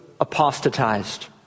apostatized